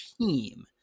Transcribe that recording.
team